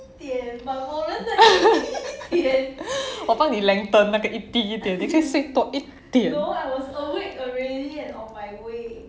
我帮你 lengthen 那个滴一点你可以睡多一点